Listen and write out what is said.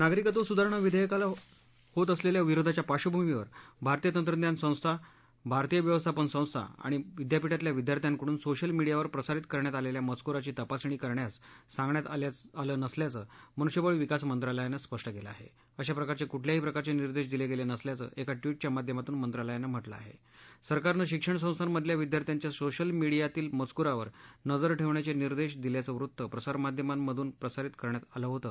नागरीकत्व सुधारणा विधक्काला होत असलस्था विरोधाच्या पार्श्वभूमीवर भारतीय तंत्रज्ञान संस्था भारतीय व्यवस्थापन संस्था आणि विद्यापीठातल्या विद्यार्थ्यांकडून सोशल मीडियावर प्रसारित करण्यात आलख्खा मजकुराची तपासणी करण्यास सांगण्यात आलं नसल्याचं मनुष्यबळ विकास मंत्रालयानं स्पष्ट कलि आहा अशाप्रकारचक्रिल्याही प्रकारचक्रिदेश दिलक्रिनिसल्याचं एका ट्वीटच्या माध्यमातून मंत्रालयानं म्हटलं आहा अरकारनं शिक्षण संस्थांमधल्या विद्यार्थ्यांच्या सोशल मीडियातील मजकुरावर नजर ठक्षियाचविदेश दिल्याचं वृत्त प्रसारमाध्यमांमधून प्रसारित करण्यात आलं होतं